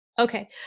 Okay